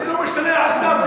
אני לא משתלח סתם,